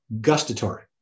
gustatory